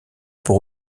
pour